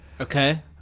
Okay